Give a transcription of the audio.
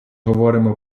говоримо